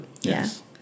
Yes